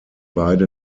beide